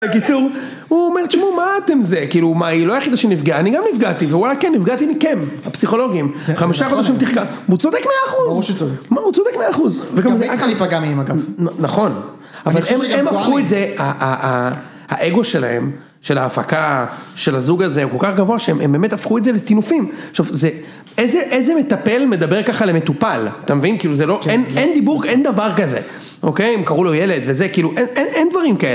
בקיצור, הוא אומר, תשמעו, מה אתם זה, כאילו, מה, היא לא היחידה שנפגעה, אני גם נפגעתי, ווואלה, כן, נפגעתי מכם, הפסיכולוגים, חמישה חודשים תחכם, הוא צודק מאה אחוז, הוא צודק מאה אחוז. גם ליצחן היא פגעה מאמא, אגב. נכון, אבל הם הפכו את זה, ה.. ה.. האגו שלהם, של ההפקה של הזוג הזה, הוא כל כך גבוה, שהם באמת הפכו את זה לטינופים, עכשיו, איזה, איזה מטפל מדבר ככה למטופל, אתה מבין, כאילו, זה לא, אין, אין דיבור, אין דבר כזה, אוקיי, הם קראו לו ילד וזה, כאילו, אין, אין דברים כאלה.